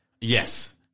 Yes